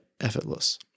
effortless